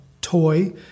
toy